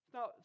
Now